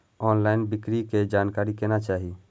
Online बिक्री के जानकारी केना चाही?